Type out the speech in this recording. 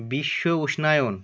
বিশ্ব উষ্ণায়ন